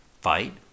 Fight